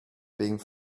being